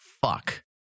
fuck